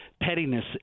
pettiness